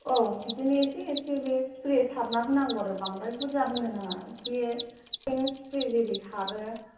औ बिदिनो दै एसे एसे बे स्प्रे सारनानै होनांगौ आरो बांद्राय बुरजा होनो नाङा बे स्प्रे जेरै सारो